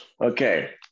okay